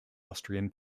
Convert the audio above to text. austrian